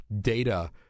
data